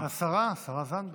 השרה זנדברג.